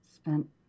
spent